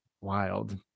Wild